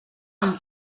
amb